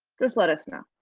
just let us know.